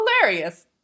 hilarious